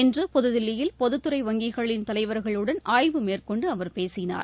இன்று புதுதில்லியில் பொதத் துறை வங்கிகளின் தலைவர்களுடன் ஆய்வு மேற்கொண்டு அவர் பேசினார்